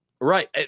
Right